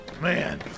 Man